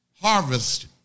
harvest